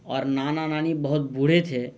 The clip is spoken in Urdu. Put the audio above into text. اور نانا نانی بہت بوڑھے تھے